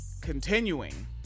continuing